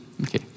okay